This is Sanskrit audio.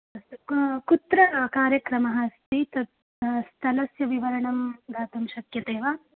अस्तु कु कुत्र कार्यक्रमः अस्ति तत् स्थलस्य विवरणं दातुं शक्यते वा